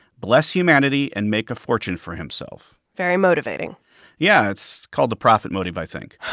bless humanity and make a fortune for himself. very motivating yeah. it's called the profit motive, i think.